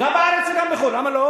גם בארץ וגם בחוץ-לארץ, למה לא?